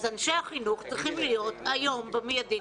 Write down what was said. אז אנשי החינוך צריכים להיות היום במיידי.